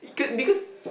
because